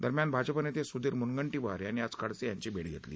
दरम्यान भाजपा नेते सुधीर मुनगंटीवार यांनी आज खडसे यांची भेट घेतली